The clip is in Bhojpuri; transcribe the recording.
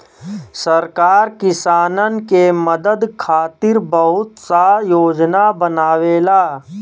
सरकार किसानन के मदद खातिर बहुत सा योजना बनावेला